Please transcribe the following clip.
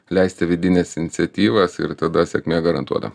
leisti vidines iniciatyvas ir tada sėkmė garantuota